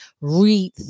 read